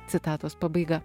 citatos pabaiga